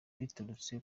bituruka